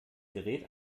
gerät